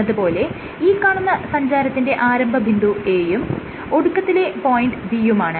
എന്നത് പോലെ ഈ കാണുന്ന സഞ്ചാരപഥത്തിന്റെ ആരംഭ ബിന്ദു A യും ഒടുക്കത്തിലെ പോയിന്റ് B യുമാണ്